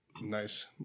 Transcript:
nice